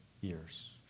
years